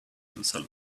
himself